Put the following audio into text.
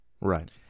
Right